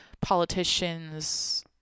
Politicians